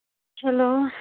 hello